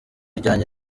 ijyanye